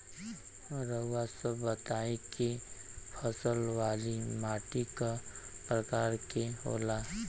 रउआ सब बताई कि फसल वाली माटी क प्रकार के होला?